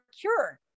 cure